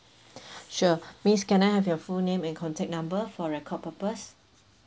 sure miss can I have your full name and contact number for record purpose